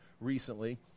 recently